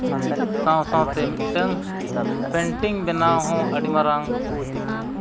ᱥᱟᱶᱼᱥᱟᱶᱛᱮ ᱢᱤᱫᱴᱮᱱ ᱯᱮᱹᱱᱴᱤᱝ ᱵᱮᱱᱟᱣ ᱦᱚᱸ ᱟᱹᱰᱤ ᱢᱟᱨᱟᱝ